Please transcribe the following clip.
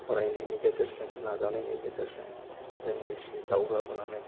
फरायनायनि गेजेरजों नाजानायनि गेजेरजों जोङो एसे दावगाबोनानै